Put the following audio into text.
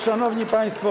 Szanowni Państwo!